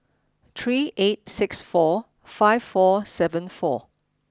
three eight six four five four seven four